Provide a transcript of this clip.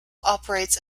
operates